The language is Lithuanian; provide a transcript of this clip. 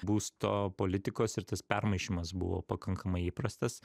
būsto politikos ir tas permaišymas buvo pakankamai įprastas